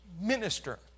minister